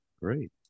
great